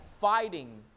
fighting